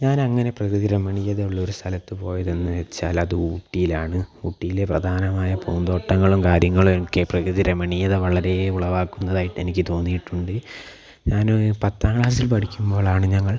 ഞാൻ അങ്ങനെ പ്രകൃതി രമണീയതയുള്ളൊരു സ്ഥലത്തു പോയത് എന്ന് വച്ചാൽ അത് ഊട്ടിലാണ് ഊട്ടിയിലെ പ്രധാനമായ പൂന്തോട്ടങ്ങളും കാര്യങ്ങളും ഒക്കെ പ്രകൃതി രമണീയത വളരെ ഉളവാക്കുന്നതായിട്ട് എനിക്ക് തോന്നിട്ടുണ്ട് ഞാൻ പത്താം ക്ലാസ്സിൽ പഠിക്കുമ്പോഴാണ് ഞങ്ങൾ